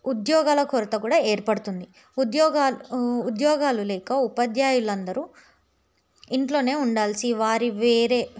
ఉద్యోగాల కొరత కూడా ఏర్పడుతుంది ఉద్యోగాలు ఉద్యోగాలు లేక ఉపాధ్యాయులు అందరూ ఇంట్లోనే ఉండాల్సిన వారి వేరే